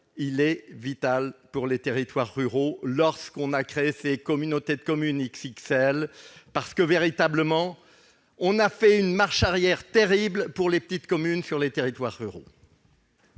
Il est vital pour les territoires ruraux, la création des communautés de communes « XXL » ayant véritablement signifié une marche arrière terrible pour les petites communes sur les territoires ruraux.